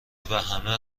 وهمه